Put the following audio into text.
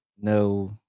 no